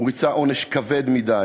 הוא ריצה עונש כבד מדי.